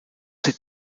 ses